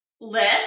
list